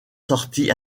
sortie